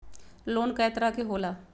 Loan कय तरह के होला?